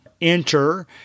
enter